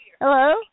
Hello